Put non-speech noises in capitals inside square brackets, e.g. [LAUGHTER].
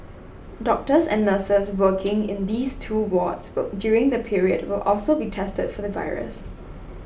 doctors and nurses working in those two wards [NOISE] during the period will also be tested for the virus